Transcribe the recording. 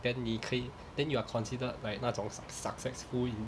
then 你可以 then you are considered like 那种 succ~ successful in